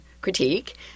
critique